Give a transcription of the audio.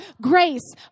grace